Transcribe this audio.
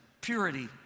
purity